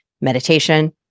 meditation